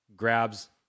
Grabs